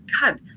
God